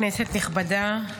כנסת נכבדה,